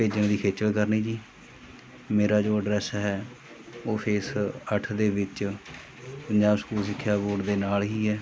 ਭੇਜਣ ਦੀ ਖੇਚਲ ਕਰਨੀ ਜੀ ਮੇਰਾ ਜੋ ਐਡਰੈਸ ਹੈ ਉਹ ਫੇਸ ਅੱਠ ਦੇ ਵਿੱਚ ਪੰਜਾਬ ਸਕੂਲ ਸਿੱਖਿਆ ਬੋਰਡ ਦੇ ਨਾਲ ਹੀ ਹੈ